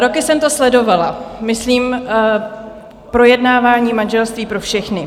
Roky jsem to sledovala, myslím projednávání manželství pro všechny.